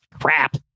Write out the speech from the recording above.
crap